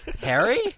Harry